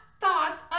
thoughts